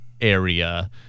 area